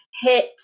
hit